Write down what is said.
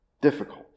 difficult